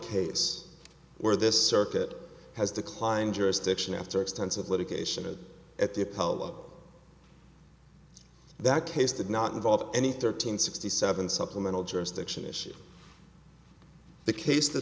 case where this circuit has declined jurisdiction after extensive litigation is at the apollo that case did not involve any thirteen sixty seven supplemental jurisdiction issue the case th